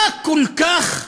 מה כל כך,